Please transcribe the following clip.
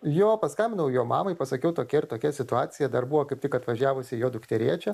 jo paskambinau jo mamai pasakiau tokia ir tokia situacija dar buvo kaip tik atvažiavusi jo dukterėčia